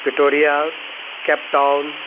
पिटोरिया Cape Town